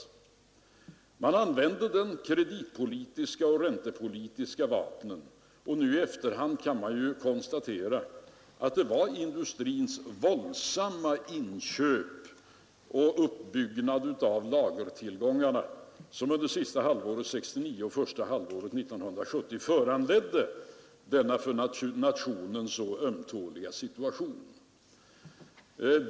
Man använde de kreditpolitiska och räntepolitiska vapnen. Och nu i efterhand kan vi ju konstatera att det var industrins våldsamma inköp och uppbyggnad av lagertillgångarna som under sista halvåret 1969 och första halvåret 1970 föranledde denna för nationen så ömtåliga situation.